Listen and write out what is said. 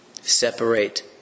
Separate